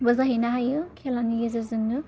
बो जाहैनो हायो खेलानि गेजेरजोंनो